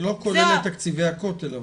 לא כולל את תקציבי הכותל.